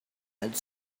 had